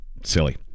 Silly